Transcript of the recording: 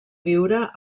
viure